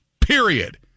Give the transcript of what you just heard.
period